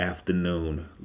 afternoon